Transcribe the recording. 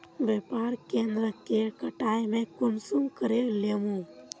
व्यापार केन्द्र के कटाई में कुंसम करे लेमु?